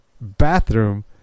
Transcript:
bathroom